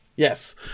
Yes